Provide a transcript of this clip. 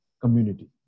community